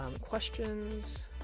questions